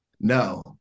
no